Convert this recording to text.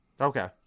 okay